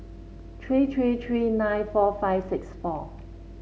three three three nine four five six four